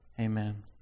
amen